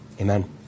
Amen